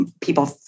people